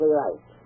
right